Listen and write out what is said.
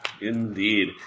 Indeed